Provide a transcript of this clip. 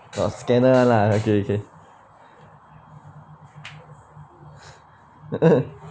got scanner [one] lah okay okay